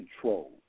control